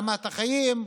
רמת החיים,